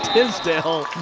tisdale